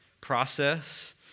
process